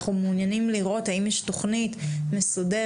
אנחנו מעוניינים לראות האם יש תוכנית מסודרת,